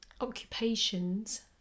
occupations